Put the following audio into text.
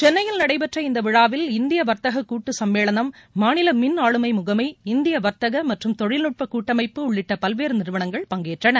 சென்னையில் நடைபெற்ற இந்த விழாவில் இந்திய வர்த்தக கூட்டு சம்மேளனம் மாநில மின் ஆளுமை முகஸ் இந்திய வர்த்தக மற்றும் தொழில் கூட்டமைப்பு உள்ளிட்ட பல்வேறு நிறுவனங்கள் பங்கேற்றன